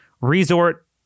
resort